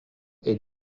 est